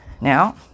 Now